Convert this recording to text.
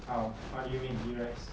how how do you make ghee rice